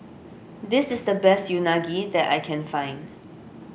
this is the best Unagi that I can find